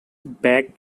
back